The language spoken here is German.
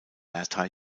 berta